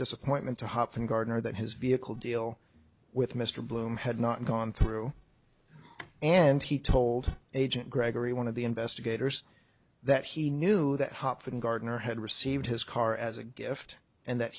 disappointment to hoppen gardner that his vehicle deal with mr bloom had not gone through and he told agent gregory one of the investigators that he knew that hopf and gardner had received his car as a gift and that